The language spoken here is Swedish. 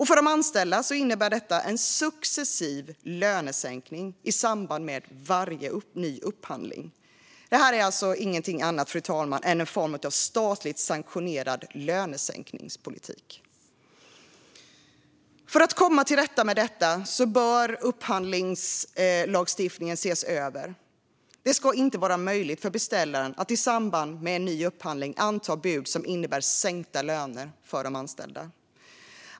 För de anställda innebär detta en successiv lönesänkning i samband med varje ny upphandling. Det här är ingenting annat än en form av statligt sanktionerad lönesänkningspolitik, fru talman. För att vi ska komma till rätta med detta bör upphandlingslagstiftningen ses över. Det ska inte vara möjligt för beställaren att i samband med en ny upphandling anta anbud som innebär sänkta löner för de anställda.